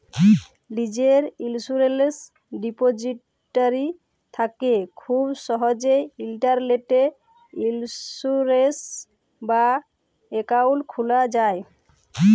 লীজের ইলসুরেলস ডিপজিটারি থ্যাকে খুব সহজেই ইলটারলেটে ইলসুরেলস বা একাউল্ট খুলা যায়